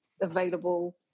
available